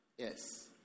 Yes